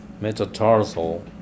metatarsal